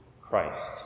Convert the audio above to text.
Christ